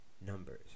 numbers